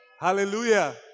Hallelujah